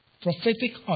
Prophetic